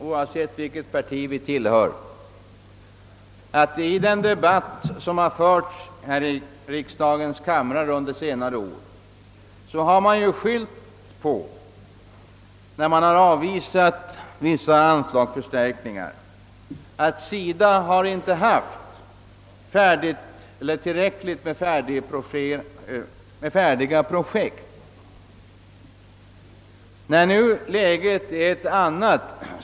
Oavsett vilket parti vi tillhör, skall vi inte glömma att man vid avvisandet av vissa anslagsförstärkningar i de debatter som under senare år förts här i riksdagens kamrar har skyllt på att SIDA inte haft tillräckligt med färdiga projekt. Nu är läget ett annat.